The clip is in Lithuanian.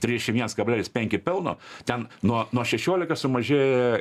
triešim viens kablelis penki pelno ten nuo nuo šešiolika sumažėja